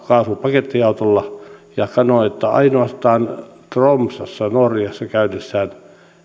kaasupakettiautolla ja sanoi että ainoastaan tromssassa norjassa käydessään